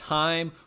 time